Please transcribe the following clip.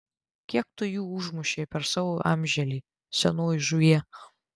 kiek tu jų užmušei per savo amželį senoji žuvie